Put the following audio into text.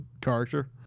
character